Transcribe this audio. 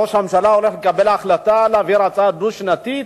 ראש הממשלה הולך לקבל החלטה להעביר הצעה דו-שנתית,